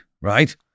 right